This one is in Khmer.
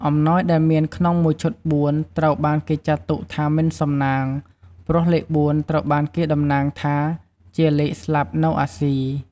អំណោយដែលមានក្នុងមួយឈុតបួនត្រូវបានគេចាត់ទុកថាមិនសំណាងព្រោះលេខបួនត្រូវបានគេតំណាងថាជាលេងស្លាប់នៅអាស៊ី។